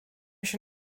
się